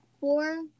Four